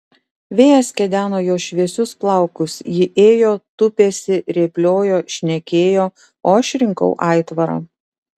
vėjas kedeno jos šviesius plaukus ji ėjo tupėsi rėpliojo šnekėjo o aš rinkau aitvarą